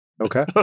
Okay